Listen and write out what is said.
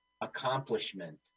Accomplishment